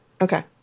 Okay